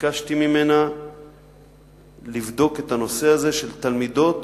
וביקשתי ממנה לבדוק את הנושא הזה של תלמידות